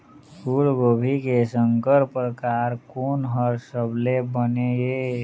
फूलगोभी के संकर परकार कोन हर सबले बने ये?